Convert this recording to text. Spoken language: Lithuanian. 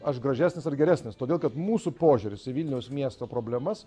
aš gražesnis ar geresnis todėl kad mūsų požiūris į vilniaus miesto problemas